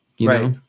Right